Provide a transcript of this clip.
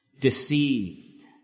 Deceived